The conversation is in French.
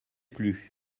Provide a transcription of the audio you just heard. plus